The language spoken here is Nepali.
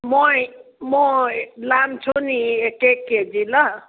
मै म लान्छु नि एक एक केजी ल